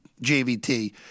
JVT